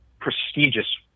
prestigious